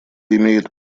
имеет